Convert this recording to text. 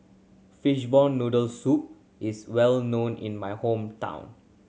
fishball noodle soup is well known in my hometown